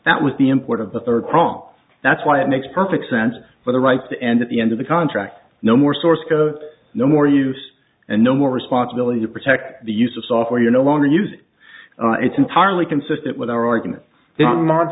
that was the import of the third prong that's why it makes perfect sense for the right to end at the end of the contract no more source code no more use and no more responsibility to protect the use of software you no longer use and it's entirely consistent with our